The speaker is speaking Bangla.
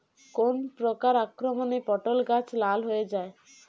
কোন প্রকার আক্রমণে পটল গাছ লাল হয়ে যায়?